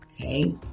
okay